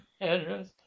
address